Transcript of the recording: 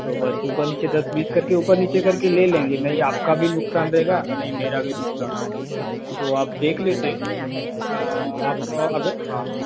तो बस ऊपर नीचे दस बीस कर के ऊपर नीचे कर के ले लेंगे ना ही आपका भी नुक़सान रहेगा ना ही मेरा भी नुक़सान रहेगा तो आप देख लेते आप अगर हाँ